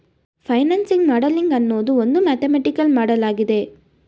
financing modelling ಅನ್ನೋದು ಒಂದು mathematical ಮಾಡಲಾಗಿದೆ